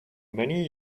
many